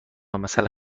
مثلا